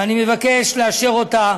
ואני מבקש לאשר אותה